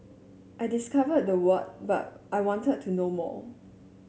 I discovered the what but I wanted to know more